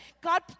God